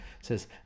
says